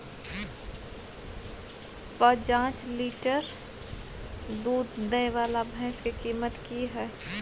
प जॉंच लीटर दूध दैय वाला भैंस के कीमत की हय?